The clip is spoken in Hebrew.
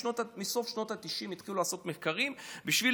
מסוף שנות התשעים התחילו לעשות מחקרים בשביל